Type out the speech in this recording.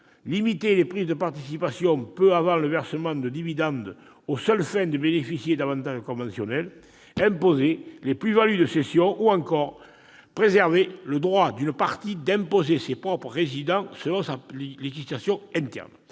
limiter les prises de participation peu avant le versement de dividendes aux seules fins de bénéficier d'avantages conventionnels, d'imposer les plus-values de cession ou encore de préserver le droit d'une partie d'imposer ses propres résidents selon sa législation interne.